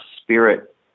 spirit